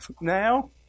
now